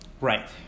Right